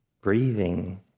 breathing